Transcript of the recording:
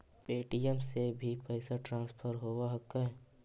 Paytm से भी पैसा ट्रांसफर होवहकै?